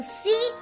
see